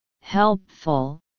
helpful